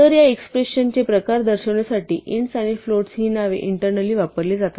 तर या एक्स्प्रेशन चे प्रकार दर्शविण्यासाठी int आणि floats ही नावे इंटर्नॅलि वापरली जातात